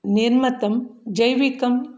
निर्मतं जैविकम्